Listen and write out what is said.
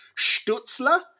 Stutzler